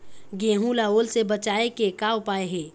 गेहूं ला ओल ले बचाए के का उपाय हे?